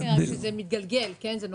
זו הבעיה.